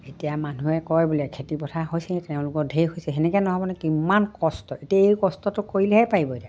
এতিয়া মানুহে কয় বোলে খেতিপথাৰ হৈছে তেওঁলোকৰ ঢেৰ হৈছে সেনেকৈ নহ'ব নহয় কিমান কষ্ট এতিয়া এই কষ্টটো কৰিলেহে পাৰিব এতিয়া